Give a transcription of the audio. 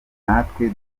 natwe